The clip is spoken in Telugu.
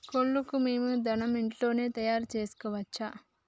కోళ్లకు మేము దాణా ఇంట్లోనే తయారు చేసుకోవచ్చా?